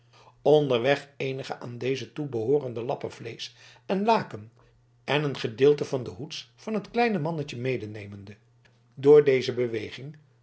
onderweg eenige aan dezen toebehoorende lappen vleesch en laken en een gedeelte des hoeds van het kleine mannetje medenemende door deze beweging